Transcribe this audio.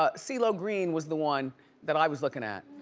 ah so ceelo green was the one that i was looking at.